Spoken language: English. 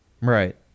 Right